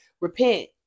repent